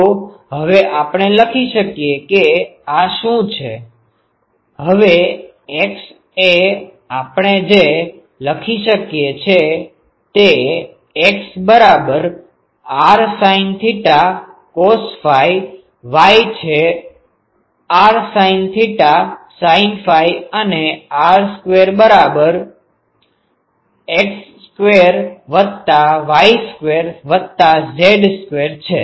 તો હવે આપણે લખી શકીએ કે આ શું છે હવે x એ આપણે જે લખી શકીએ છે તે છે xrsin cos yrsin sin r2x2y2z2 x બરાબર r sine theta cos phi y છે r sine theta sine phi અને r સ્ક્વેર બરાબર x સ્ક્વેર વત્તા y સ્ક્વેર વત્તા z સ્ક્વેર છે